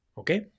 Okay